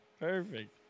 Perfect